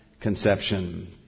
conception